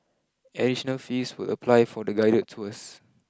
additional fees will apply for the guided tours